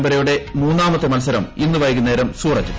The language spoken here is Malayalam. പരമ്പരയുടെ മൂന്നാമത്തെ മത്സരം ഇന്ന് വൈകുന്നേരം സൂററ്റിൽ